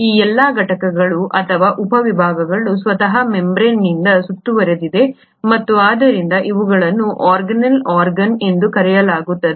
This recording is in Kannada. ಈ ಎಲ್ಲಾ ಘಟಕಗಳು ಅಥವಾ ಉಪವಿಭಾಗಗಳು ಸ್ವತಃ ಮೆಂಬ್ರೇನ್ನಿಂದ ಸುತ್ತುವರೆದಿವೆ ಮತ್ತು ಆದ್ದರಿಂದ ಅವುಗಳನ್ನು ಆರ್ಗಾನ್ಯಿಲ್ ಆರ್ಗಾನ್ಗಳು ಎಂದು ಕರೆಯಲಾಗುತ್ತದೆ